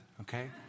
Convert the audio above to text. okay